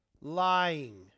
lying